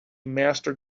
master